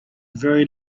very